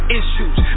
issues